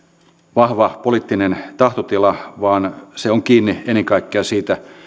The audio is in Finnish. vahva poliittinen tahtotila vaan se on kiinni ennen kaikkea siitä